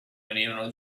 venivano